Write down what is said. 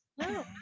No